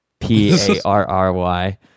p-a-r-r-y